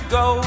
go